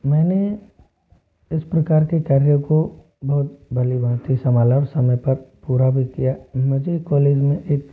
मैंने इस प्रकार के कार्य को बहुत भली भाँति संभाला और समय पर पूरा भी किया मुझे कॉलेज में एक